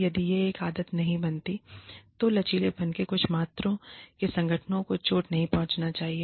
यदि यह एक आदत नहीं बनती है तो लचीलेपन की कुछ मात्रा से संगठनों को चोट नहीं पहुंचाना चाहिए